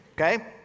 Okay